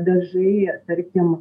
dažai tarkim